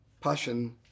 passion